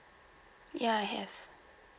ya I have